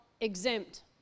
exempt